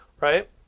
right